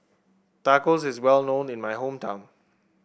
tacos is well known in my hometown